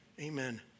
amen